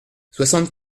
soixante